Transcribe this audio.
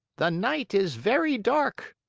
the night is very dark.